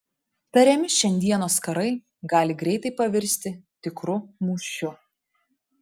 tariami šiandienos karai gali greitai pavirsti tikru mūšiu